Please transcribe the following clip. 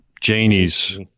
Janie's